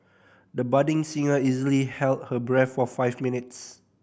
the budding singer easily held her breath for five minutes